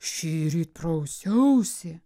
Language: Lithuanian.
šįryt prausiausi